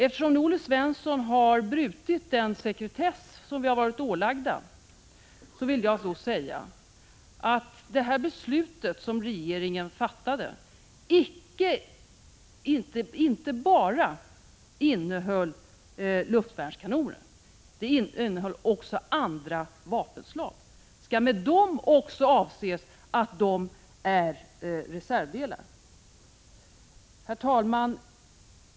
Eftersom nu Olle Svensson har brutit den sekretess som vi har ålagts vill jag säga att det beslut som regeringen fattade inte bara innehöll luftvärnskanoner utan också andra vapen. Skall det anses att de också är reservdelar? Herr talman!